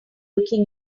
looking